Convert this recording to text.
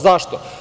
Zašto?